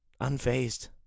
unfazed